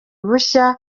bushya